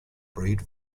breed